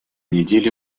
недели